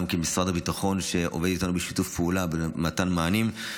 גם משרד הביטחון שעובד איתנו בשיתוף פעולה במתן מענים.